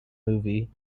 movie